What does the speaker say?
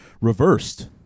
reversed